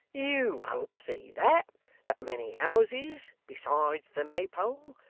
you won't see that at many houses, besides the maypole,